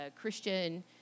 Christian